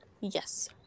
Yes